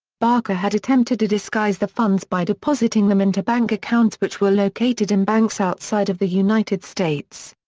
barker had attempted to disguise the funds by depositing them into bank accounts which were located in banks outside of the united states.